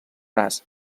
braç